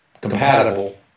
compatible